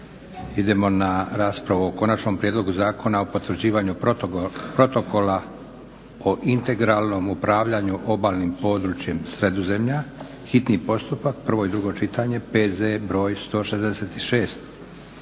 Idemo na raspravu - Konačni prijedlog Zakona o potvrđivanju Protokola o integralnom upravljanju obalnim područjem Sredozemlja, hitni postupak, prvo i drugo čitanje, P.Z. br. 166